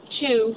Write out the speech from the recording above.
two